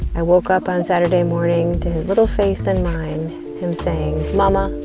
i woke up on saturday morning to his little face in mine him saying, mama,